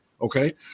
Okay